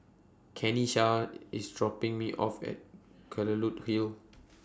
Kenisha IS dropping Me off At Kelulut Hill